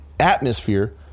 Atmosphere